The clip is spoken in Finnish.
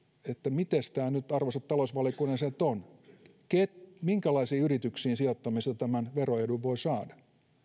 mites tämä nyt on arvoisat talousvaliokunnan jäsenet minkälaisiin yrityksiin sijoittamisella tämän veroedun voi saada